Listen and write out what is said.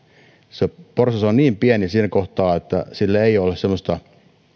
se porsas on niin pieni siinä kohtaa että sillä ei ole semmoista niin